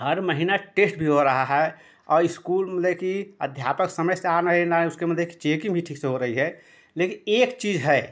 हर महीना टेस्ट भी हो रहा है और इस्कूल मतलब कि अध्यापक समय से आ नहीं नाही उसके मतलब कि चेकिंग भी ठीक से हो रही है लेकिन एक चीज है